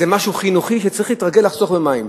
זה משהו חינוכי שצריך להתרגל לחסוך במים.